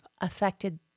affected